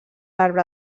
arbre